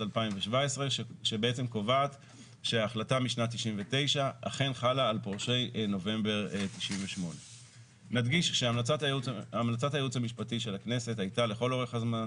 2017 שקובעת שההחלטה משנת 99' אכן חלה על פורשי נובמבר 98'. נדגיש שהמלצת הייעוץ המשפטי של הכנסת הייתה לכל אורך הזמן